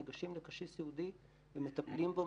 נגשים לקשיש סיעודי ומטפלים בו,